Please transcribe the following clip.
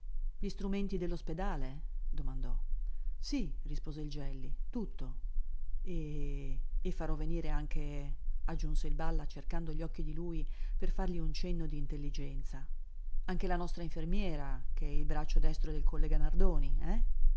gli strumenti dell'ospedale domandò sì rispose il gelli tutto e e farò venire anche aggiunse il balla cercando gli occhi di lui per fargli un cenno d'intelligenza anche la nostra infermiera che è il braccio destro del collega nardoni eh